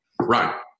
Right